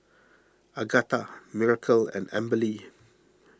Agatha Miracle and Amberly